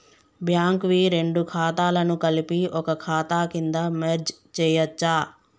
Bank వి రెండు ఖాతాలను కలిపి ఒక ఖాతా కింద మెర్జ్ చేయచ్చా?